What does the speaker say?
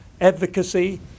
advocacy